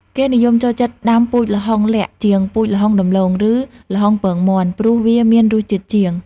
គេនិយមចូលចិត្តដាំពូជល្ហុងលក្ខ័ជាងពូជល្ហុងដំឡូង ឬ ល្ហុងពងមាន់ព្រោះវាមានរសឆ្ងាញ់ជាង។